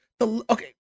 Okay